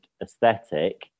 aesthetic